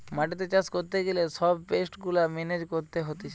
মাটিতে চাষ করতে গিলে সব পেস্ট গুলা মেনেজ করতে হতিছে